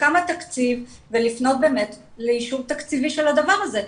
כמה התקציב ולפנות לאישור תקציבי של הדבר הזה.